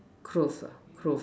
clothe lah clothe